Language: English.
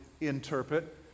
interpret